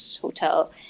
hotel